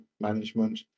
management